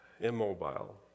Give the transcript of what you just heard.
immobile